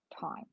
time